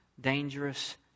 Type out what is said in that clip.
dangerous